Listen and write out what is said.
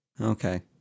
Okay